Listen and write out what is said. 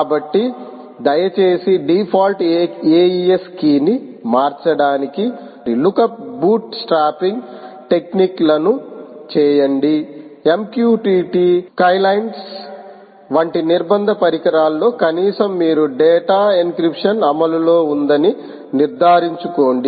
కాబట్టి దయచేసి default AES కీని మార్చడానికి లుక్అప్ బూట్ స్ట్రాప్పింగ్ టెక్నిక్లను చేయండి MQTT స్కలియెంట్స్ వంటి నిర్బంధ పరికరాల్లో కనీసం మీరు డేటా ఎన్క్రిప్షన్ అమలులో ఉంధని నిర్ధారించుకోండి